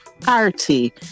party